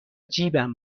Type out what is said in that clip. جیبم